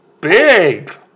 big